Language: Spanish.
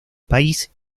país